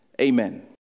Amen